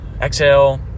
exhale